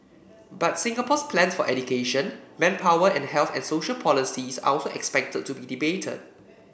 but Singapore's plans for education manpower and health and social policies are also expected to be debated